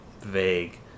vague